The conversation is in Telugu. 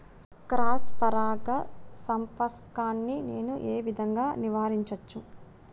క్రాస్ పరాగ సంపర్కాన్ని నేను ఏ విధంగా నివారించచ్చు?